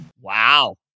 Wow